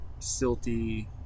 silty